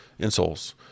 insoles